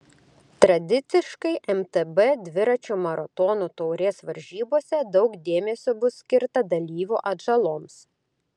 tradiciškai mtb dviračių maratonų taurės varžybose daug dėmesio bus skirta dalyvių atžaloms